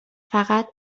فقط